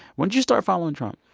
when did you start following trump?